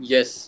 Yes